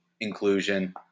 inclusion